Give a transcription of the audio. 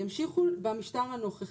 הם ימשיכו במשטר הנוכחי.